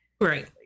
Right